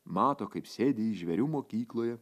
mato kaip sėdi ji žvėrių mokykloje